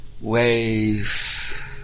wave